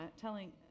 telling